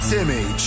Timmy